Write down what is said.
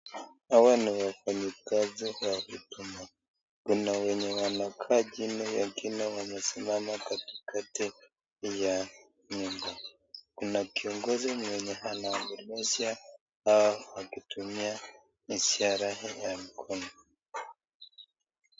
Hawa ni wafanyikazi wa huduma. Kuna wenye wanakaa chini, wengine wamesimama katikati ya nyumba. Kuna kiongozi mwenye anaongelesha hao akitumia ishara ya mkono.